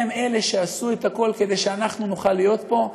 הם אלה שעשו את הכול כדי שאנחנו נוכל להיות פה,